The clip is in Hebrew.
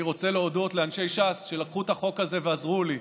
אני רוצה להודות לאנשי ש"ס שלקחו את החוק הזה ועזרו לי,